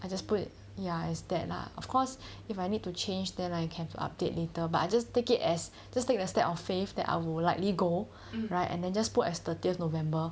I just put ya it's that lah of course if I need to change then I can update later but I just take it as just take that step of faith that I would likely go right and then just put as thirtieth november